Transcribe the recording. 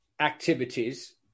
activities